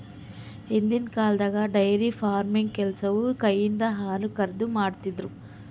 ಹಿಂದಿನ್ ಕಾಲ್ದಾಗ dairy farming ಕೆಲಸವು ಕೈಯಿಂದ ಹಾಲುಕರೆದು, ಮಾಡ್ತಿರು